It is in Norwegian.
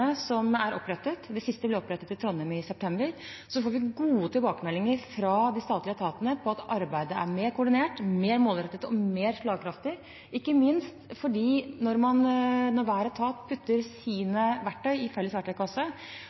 som er opprettet – det siste ble opprettet i Trondheim i september – får vi gode tilbakemeldinger fra de statlige etatene om at arbeidet er mer koordinert, mer målrettet og mer slagkraftig, ikke minst når hver etat legger sine verktøy i en felles verktøykasse,